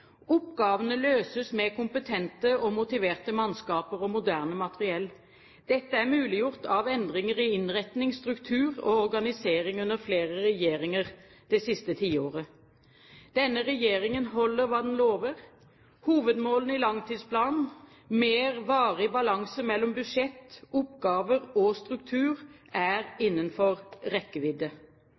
Oppgavene løses med kompetente og motiverte mannskaper og moderne materiell. Dette er muliggjort av endringer i innretning, struktur og organisering under flere regjeringer det siste tiåret. Denne regjeringen holder hva den lover. Hovedmålene i langtidsplanen – mer varig balanse mellom budsjett, oppgaver og struktur – er innenfor rekkevidde.